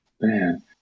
man